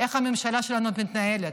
איך הממשלה שלנו מתנהלת.